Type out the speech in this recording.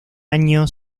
año